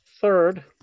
Third